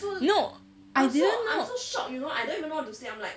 no I didn't know